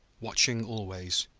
watching always,